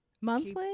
Monthly